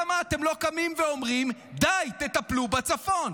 למה אתם לא קמים ואומרים, די, תטפלו בצפון?